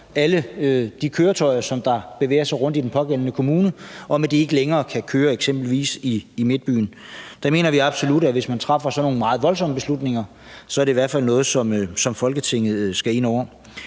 alle de køretøjer, der bevæger sig rundt i den pågældende kommune, om, at de ikke længere kan køre eksempelvis i midtbyen. Der mener vi absolut, at hvis man træffer sådan nogle meget voldsomme beslutninger, er det i hvert fald noget, som Folketinget skal ind over.